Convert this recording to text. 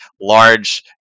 large